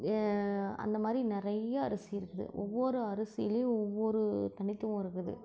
அந்த மாதிரி நிறையா அரிசி இருக்குது ஒவ்வொரு அரிசிலேயும் ஒவ்வொரு தனித்துவம் இருக்குது